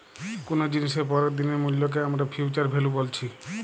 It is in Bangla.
কুনো জিনিসের পরের দিনের মূল্যকে আমরা ফিউচার ভ্যালু বলছি